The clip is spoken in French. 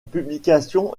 publication